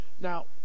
Now